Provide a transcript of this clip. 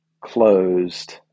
closed